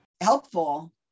helpful